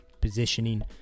positioning